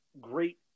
great